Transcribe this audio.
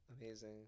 Amazing